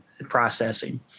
processing